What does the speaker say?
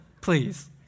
Please